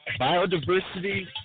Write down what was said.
biodiversity